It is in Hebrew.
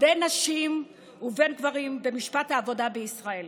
בין נשים ובין גברים במשפט העבודה בישראל.